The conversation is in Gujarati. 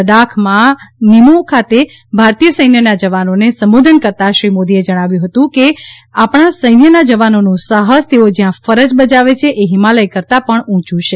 લડાખમાં નિમો ખાતે ભારતીય સૈન્યના જવાનોને સંબોધન કરતા શ્રી મોદીએ એ જણાવ્યું હતું કે આપણા સૈન્યના જવાનોનું સાહસ તેઓ જ્યાં ફરજ બજાવે છે એ હિમાલય કરતા પણ ઊંચું છે